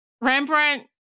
rembrandt